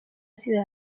ciudad